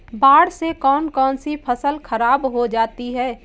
बाढ़ से कौन कौन सी फसल खराब हो जाती है?